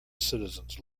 citizens